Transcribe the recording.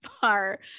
far